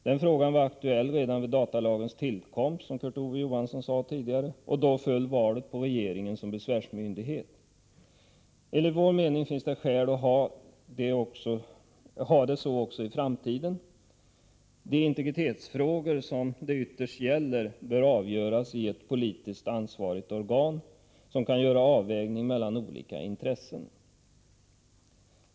Den frågan var aktuell redan vid datalagens tillkomst, som Kurt Ove Johansson tidigare sade, och då föll valet på regeringen som besvärsmyndighet. Enligt vår mening finns det skäl att ha det så också i framtiden. De integritetsfrågor som det ytterst gäller bör avgöras i ett politiskt ansvarigt organ som kan göra en avvägning mellan olika intressen.